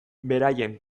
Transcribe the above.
beraien